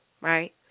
right